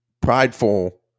prideful